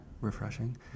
refreshing